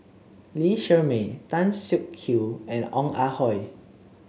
Lee Shermay Tan Siak Kew and Ong Ah Hoi